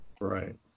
Right